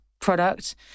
product